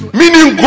meaning